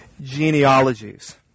genealogies